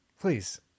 please